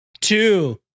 two